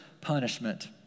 punishment